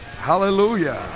Hallelujah